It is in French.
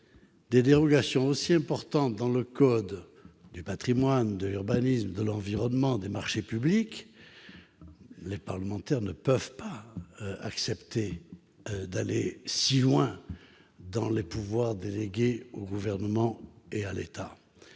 des dérogations aussi importantes aux codes du patrimoine, de l'urbanisme, de l'environnement, des marchés publics. Les parlementaires ne peuvent pas accepter d'aller aussi loin en matière de pouvoirs délégués au Gouvernement.